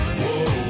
whoa